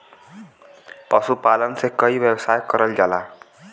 पशुपालन से कई व्यवसाय करल जाला